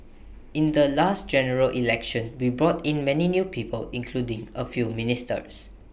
in the last General Election we brought in many new people including A few ministers